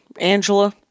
Angela